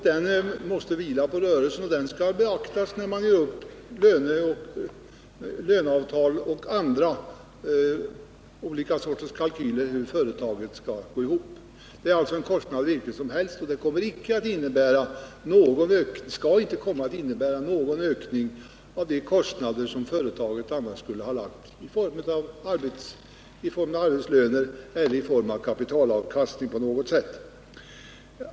Den måste vila på rörelsen, och den skall beaktas när man gör upp löneavtal och andra kalkyler över hur företaget skall gå ihop. Det är alltså en kostnad vilken som helst, och den skall inte komma att innebära någon ökning av de kostnader som företaget annars skulle ha i form av arbetslöner eller i form av kapitalavkastning på något sätt.